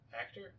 actor